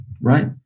right